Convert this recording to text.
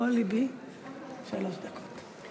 בכל לבי שלוש דקות.